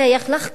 לחקור,